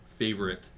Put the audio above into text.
favorite